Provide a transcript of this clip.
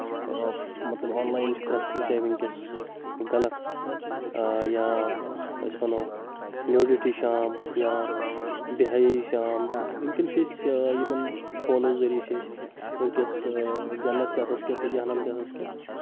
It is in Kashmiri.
مطلب آنلاین چھُ پرؠتھ کُنہِ جایہِ وٕنکؠس غلط یا أسۍ وَنو نیوٗڈٹی چھِ عام یا بے ہیٲیہِ چھِ عام تہٕ وٕنکؠن چھِ أسۍ یِمن فونو ذریعہِ چھِ أسۍ وٕنکیٚس جنت تہِ اَتھس کیٚتھ تہٕ جہنَم تہِ اَتھس کیتھ